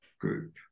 group